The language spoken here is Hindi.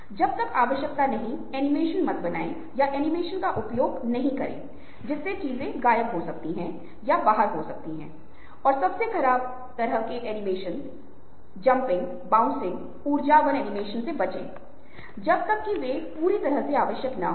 रचनात्मकता पहचान का गठन जनता की राय जो फिर से प्राधिकरण से जुड़े हुए हैं जनता की राय जो कहती है कि अगर पीएम कहें तो कुछ ऐसा है जिसमें प्राधिकरण की आवाज़ है और किसी और द्वारा बनाए गए एक ही ट्वीट से इस तरह की भावना नहीं होगी